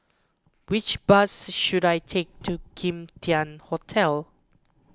which bus should I take to Kim Tian Hotel